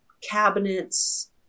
cabinets